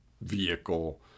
vehicle